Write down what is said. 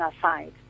aside